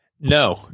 No